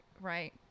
Right